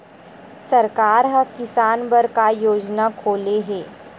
सरकार ह किसान बर का योजना खोले हे?